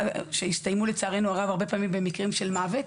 שהסתיימו לצערי הרב פעמים רבות במקרים של מוות